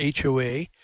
HOA